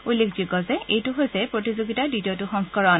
উল্লেখযোগ্য যে এইটো হৈছে প্ৰতিযোগিতাৰ দ্বিতীয়টো সংস্কৰণ